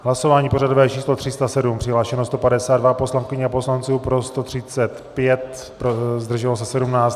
V hlasování pořadové číslo 307 přihlášeno 152 poslankyň a poslanců, pro 135, zdrželo se 17.